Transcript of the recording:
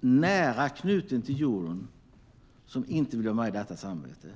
nära knutna till euron som inte vill vara med i detta samarbete.